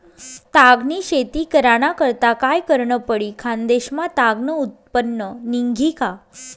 ताग नी शेती कराना करता काय करनं पडी? खान्देश मा ताग नं उत्पन्न निंघी का